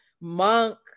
Monk